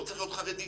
לא צריך להיות חרדי.